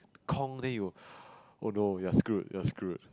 konk then you oh no you're screwed you're screwed